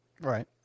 Right